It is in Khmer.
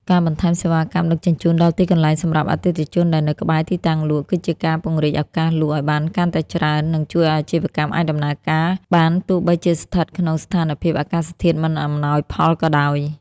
ការបន្ថែមសេវាកម្មដឹកជញ្ជូនដល់ទីកន្លែងសម្រាប់អតិថិជនដែលនៅក្បែរទីតាំងលក់ គឺជាការពង្រីកឱកាសលក់ឱ្យបានកាន់តែច្រើន និងជួយឱ្យអាជីវកម្មអាចដំណើរការបានទោះបីជាស្ថិតក្នុងស្ថានភាពអាកាសធាតុមិនអំណោយផលក៏ដោយ។